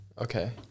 Okay